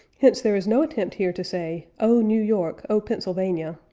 hence there is no attempt here to say, o new york, o pennsylvania,